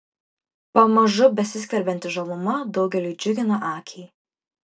pamažu besiskverbianti žaluma daugeliui džiugina akį